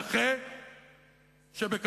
יום הנכה הבין-לאומי ואפילו יום האשה הבין-לאומי,